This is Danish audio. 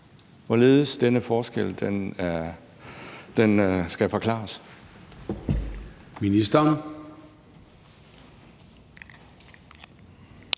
hvorledes denne forskel skal forklares?